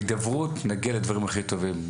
בהידברות נגיע לדברים הכי טובים.